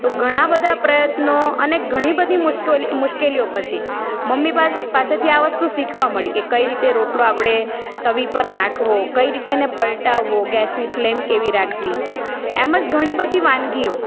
તો ઘણા બધા પ્રયત્નો અને ઘણી બધી મુશ્કેલીઓ પછી મમ્મી પાસે આ વસ્તુ શીખવાં મળી કે કઈ રીતે રોટલો આપણે તવી પર નાખવો કઈ રીતે એને પલટાવવો ગેસની ફલેમ કેવી રાખવી એમ જ ઘણી બધી વાનગીઓ